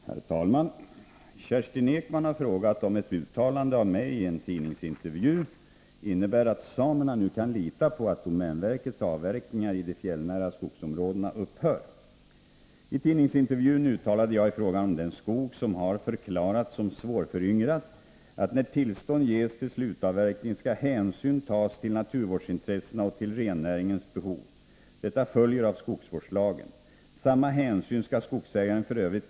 Herr talman! Kerstin Ekman har frågat om ett uttalande av mig i en tidningsintervju innebär att samerna nu kan lita på att domänverkets avverkningar i de fjällnära skogsområdena upphör. I tidningsintervjun uttalade jag i fråga om den skog som har förklarats som svårföryngrad, att när tillstånd ges till slutavverkning skall hänsyn tas till naturvårdsintressena och till rennäringens behov. Detta följer av skogsvårdslagen. Samma hänsyn skall skogsägaren f.ö.